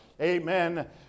amen